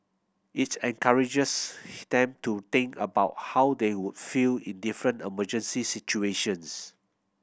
it encourages them to think about how they would feel in different emergency situations